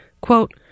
Quote